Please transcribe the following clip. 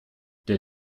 der